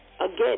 Again